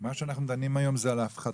מה אנחנו דנים היום, אנחנו דנים על ההפחתות.